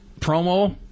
Promo